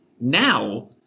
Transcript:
now